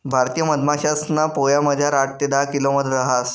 भारतीय मधमाशासना पोयामझार आठ ते दहा किलो मध रहास